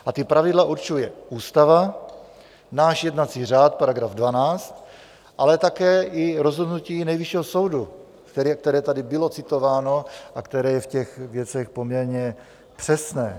A ta pravidla určuje ústava, náš jednací řád, § 12, ale také rozhodnutí Nejvyššího soudu, které tady bylo citováno a které je v těch věcech poměrně přesné.